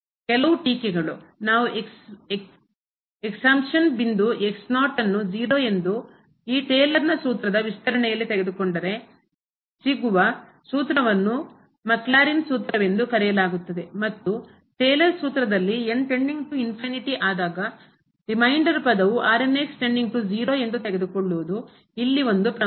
ಕೆಲವು ಟೀಕೆಗಳು ನಾವು ಎಕ್ಸ್ಪಾಂಶನ್ ಬಿಂದು ನ್ನು ಎಂದು ಈ ಟೇಲರ್ನ ಸೂತ್ರದ ವಿಸ್ತರಣೆಯಲ್ಲಿ ತೆಗೆದುಕೊಂಡರೆ ಸಿಗುವ ಸೂತ್ರವನ್ನು ಮಾಕ್ಲಾರಿನ್ ಸೂತ್ರವೆಂದು ಕರೆಯಲಾಗುತ್ತದೆ ಮತ್ತು ಟೇಲರ್ ಸೂತ್ರದಲ್ಲಿ ಆದಾಗ ರಿಮೈಂಡರ್ ಪದವು ಎಂದು ತೆಗೆದುಕೊಳ್ಳುವುದು ಇಲ್ಲಿ ಒಂದು ಪ್ರಮುಖ ಟೀಕೆ